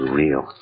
real